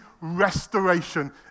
restoration